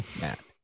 Matt